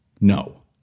no